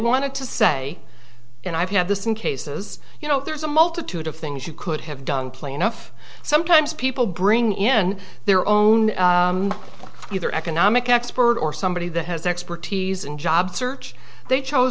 wanted to say and i've had this in cases you know there's a multitude of things you could have done play enough sometimes people bring in their own either economic expert or somebody that has expertise in job search they chose